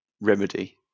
remedy